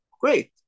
Great